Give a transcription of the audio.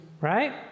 right